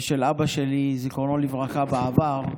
ושל אבא שלי, זיכרונו לברכה, בעבר,